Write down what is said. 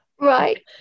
Right